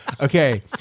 Okay